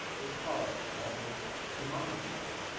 there's politics, also democratizing.